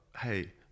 hey